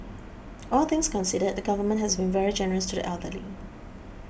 all things considered the Government has been very generous to the elderly